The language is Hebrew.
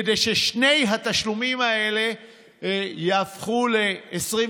כדי ששני התשלומים האלה יהפכו ל-24